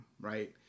right